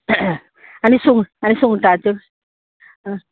आनी सुंग आनी सुंगटाच्यो आं